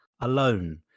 Alone